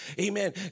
Amen